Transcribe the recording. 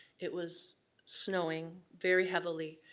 it was snowing very heavily,